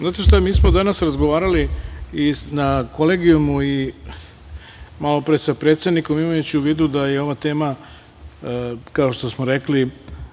Znate šta, mi smo danas razgovarali i na Kolegijumu i malopre sa predsednikom, imajući u vidu da je ova tema, kao što smo rekli